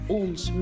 ons